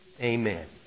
Amen